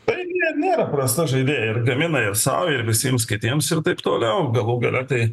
bendrija nėra prasta žaidė ir gamina ir sau ir visiems kitiems ir taip toliau galų gale tai